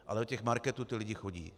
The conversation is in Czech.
Ale do těch marketů ti lidé chodí.